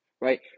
right